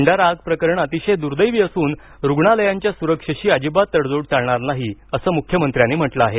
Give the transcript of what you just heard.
भंडारा आग प्रकरण अतिशय दुर्दैवी असून रुग्णालयांच्या सुरक्षेशी अजिबात तडजोड चालणार नाही असं मुख्यमंत्र्यांनी म्हटलं आहे